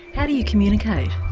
how do you communicate?